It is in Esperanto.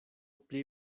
pli